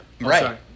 right